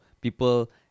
people